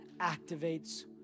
activates